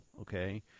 Okay